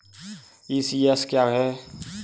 ECS क्या है?